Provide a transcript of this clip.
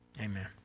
Amen